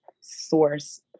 source